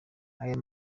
aya